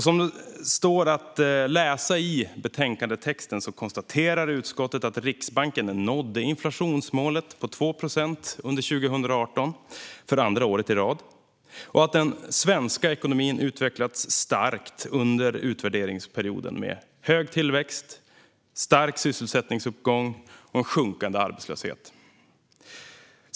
Som det står att läsa i betänkandetexten konstaterar utskottet att Riksbanken under 2018, för andra året i rad, nådde inflationsmålet på 2 procent och att den svenska ekonomin har utvecklats starkt under utvärderingsperioden. Vi har haft hög tillväxt, stark sysselsättningsuppgång och sjunkande arbetslöshet.